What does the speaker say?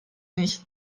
nicht